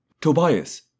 Tobias